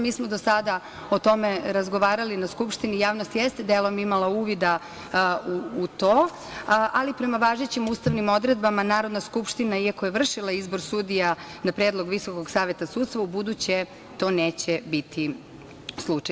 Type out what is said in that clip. Mi smo do sada o tome razgovarali na Skupštini, javnost jeste delom imala uvida u to, ali prema važećim ustavnim odredbama Narodna skupština, iako je vršila izbor sudija na predlog VSS ubuduće to neće biti slučaj.